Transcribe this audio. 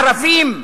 ערבים נוהרים?